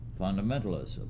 fundamentalism